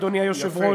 אדוני היושב-ראש.